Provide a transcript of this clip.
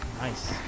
Nice